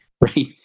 right